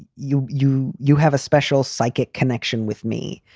you you you have a special psychic connection with me.